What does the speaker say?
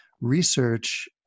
research